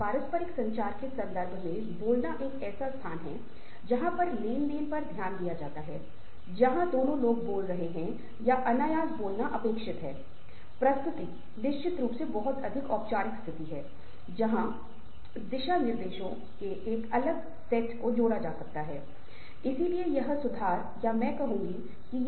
हमने संचार के बुनियादी पहलुओं के बारे में बात की जैसे कि इम्प्लिसित और एक्सप्लिसित संचार हमने इस बारे में संचार प्रक्रिया कैसे होती है संचार के विभिन्न अवरोध और संचार के फ़िल्टर संचार माडेल को बरेमे बात की थी